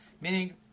Meaning